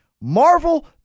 Marvel